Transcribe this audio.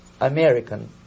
American